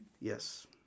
yes